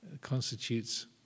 constitutes